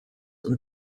und